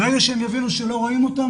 ברגע שהם יבינו שלא רואים אותם,